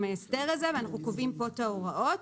ההסדר הזה ואנחנו וקובעים פה את ההוראות.